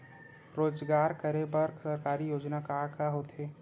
रोजगार करे बर सरकारी योजना का का होथे?